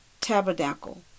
tabernacle